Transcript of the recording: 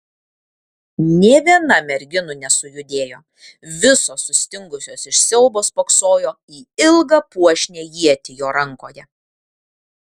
nė viena merginų nesujudėjo visos sustingusios iš siaubo spoksojo į ilgą puošnią ietį jo rankoje